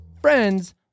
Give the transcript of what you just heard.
friends